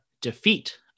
defeat